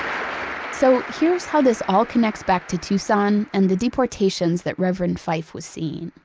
um so here's how this all connects back to tucson and the deportations that reverend fife was seeing.